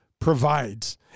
provides